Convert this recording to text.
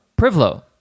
Privlo